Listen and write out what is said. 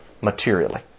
materially